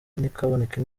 ntikaboneke